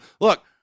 look